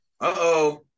Uh-oh